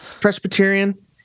Presbyterian